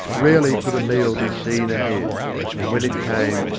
rarely could a meal be seen ahead and when it came,